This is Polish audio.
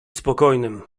spokojnym